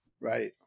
Right